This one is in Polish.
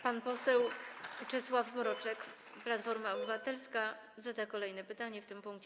Pan poseł Czesław Mroczek, Platforma Obywatelska, zada kolejne pytanie w tym punkcie.